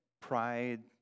Pride